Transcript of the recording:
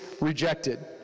rejected